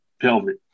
pelvic